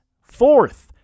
fourth